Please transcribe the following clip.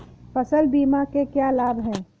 फसल बीमा के क्या लाभ हैं?